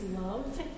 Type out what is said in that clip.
love